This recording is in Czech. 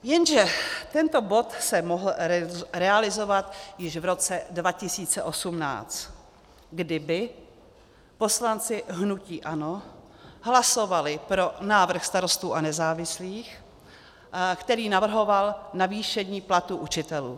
Jenže tento bod se mohl realizovat již v roce 2018, kdyby poslanci hnutí ANO hlasovali pro návrh Starostů a nezávislých, který navrhoval navýšení platu učitelů.